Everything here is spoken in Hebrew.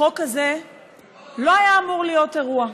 החוק הזה לא היה אמור להיות אירוע,